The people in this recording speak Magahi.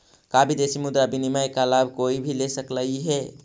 का विदेशी मुद्रा विनिमय का लाभ कोई भी ले सकलई हे?